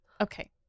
Okay